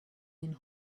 den